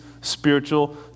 spiritual